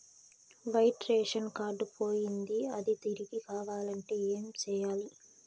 white ration card పోయింది అది తిరిగి కావాలంటే ఏం సేయాలి